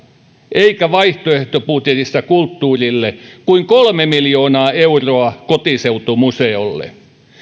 eikä vaihtoehtobudjetissa kulttuurille kuin kolme miljoonaa euroa kotiseutumuseolle